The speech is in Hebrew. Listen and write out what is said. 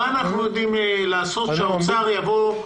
מה אנחנו יודעים לעשות שהאוצר יבוא?